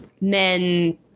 men